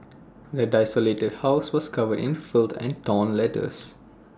the desolated house was covered in filth and torn letters